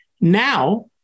Now